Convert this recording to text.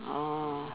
oh